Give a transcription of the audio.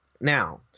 Now